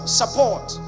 support